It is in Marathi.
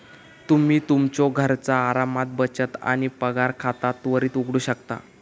तुम्ही तुमच्यो घरचा आरामात बचत आणि पगार खाता त्वरित उघडू शकता